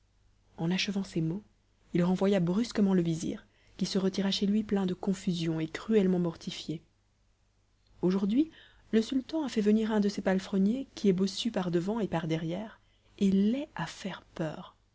en achevant ces mots il renvoya brusquement le vizir qui se retira chez lui plein de confusion et cruellement mortifié aujourd'hui le sultan a fait venir un de ses palefreniers qui est bossu par-devant et par-derrière et laid à faire peur